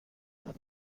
کنم